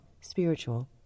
spiritual